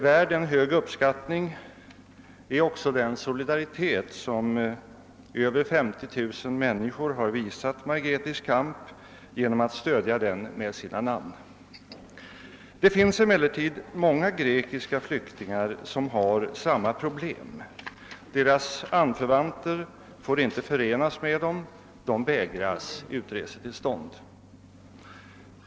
Värd en hög uppskattning är också den solidaritet som tiotusentals människor har visat Margetis” kamp genom att stödja den med sina namn. Det finns emellertid många grekiska flyktingar som har samma problem — deras anförvanter får inte förenas med dem, utresetillstånd vägras dem.